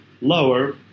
lower